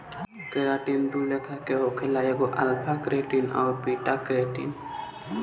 keratin दू लेखा के होखेला एगो अल्फ़ा केराटिन अउरी बीटा केराटिन